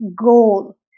goal